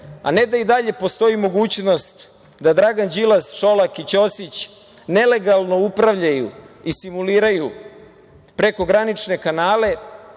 a ne da i dalje postoji mogućnost da Dragan Đilas, Šolak i Ćosić nelegalno upravljaju i simuliraju prekogranične kanale,